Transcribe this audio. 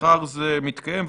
אבל מחר זה מתקיים.